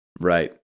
right